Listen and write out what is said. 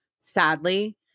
sadly